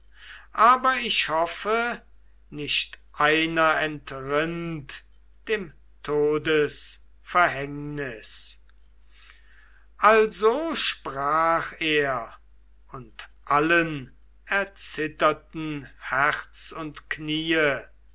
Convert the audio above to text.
aber ich hoffe nicht einer entrinnt dem todesverhängnis also sprach er und allen erzitterten herz und kniee